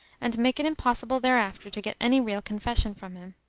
and to make it impossible thereafter to get any real confession from him.